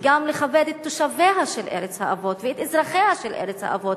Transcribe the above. וגם לכבד את תושביה של ארץ האבות ואת אזרחיה של ארץ האבות.